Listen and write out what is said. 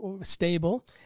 stable